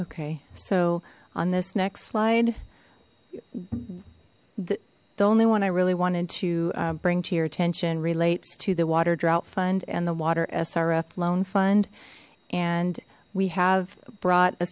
okay so on this next slide the only one i really wanted to bring to your attention relates to the water drought fund and the water srf loan fund and we have brought a